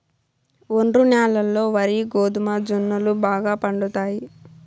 ఒండ్రు న్యాలల్లో వరి, గోధుమ, జొన్నలు బాగా పండుతాయి